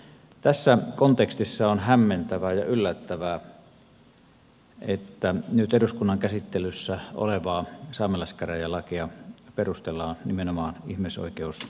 tässä kontekstissa on hämmentävää ja yllättävää että nyt eduskunnan käsittelyssä olevaa saamelaiskäräjälakia perustellaan nimenomaan ihmisoikeusnäkemyksilläkin